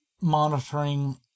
monitoring